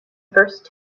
first